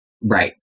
Right